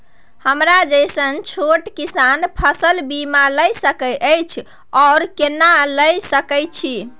हमरा जैसन छोट किसान फसल बीमा ले सके अछि आरो केना लिए सके छी?